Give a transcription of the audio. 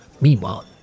Meanwhile